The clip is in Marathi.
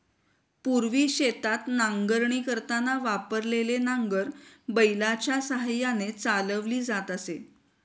पूर्वी शेतात नांगरणी करताना वापरलेले नांगर बैलाच्या साहाय्याने चालवली जात असे